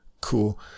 cool